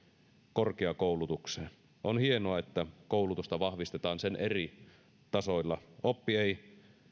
korkeakoulutukseen on hienoa että koulutusta vahvistetaan sen eri tasoilla oppi ei